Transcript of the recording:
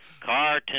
cartoon